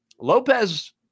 Lopez